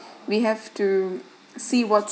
we have to see what's